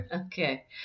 Okay